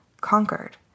conquered